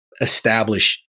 establish